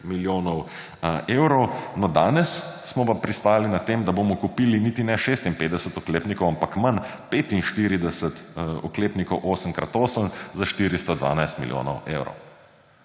milijonov evrov. No, danes smo pa pristali na tem, da bomo kupili niti ne 56 oklepnikov, ampak manj, 45 oklepnikov 8 krat 8 za 412 milijonov evrov.